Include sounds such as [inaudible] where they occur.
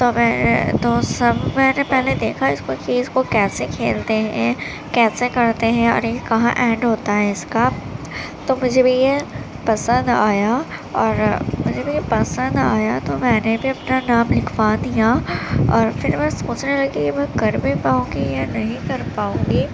تو میں نے تو سب میں نے پہلے دیکھا اس کو کہ اس کو کیسے کھیلتے ہیں کیسے کرتے ہیں اور یہ کہاں اینڈ ہوتا ہے اس کا تو مجھے بھی یہ پسند آیا اور [unintelligible] پسند آیا تو میں نے بھی اپنا نام لکھوا دیا اور پھر میں سوچنے لگی میں کر بھی پاؤں گی یا نہیں کر پاؤں گی